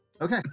Okay